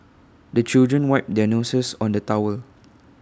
the children wipe their noses on the towel